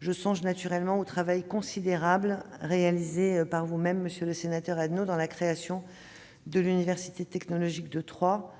Je songe naturellement au travail considérable que vous avez réalisé, monsieur le sénateur Adnot, pour la création de l'université technologique de Troyes.